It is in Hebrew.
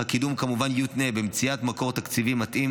אך הקידום כמובן יותנה במציאת מקור תקציבי מתאים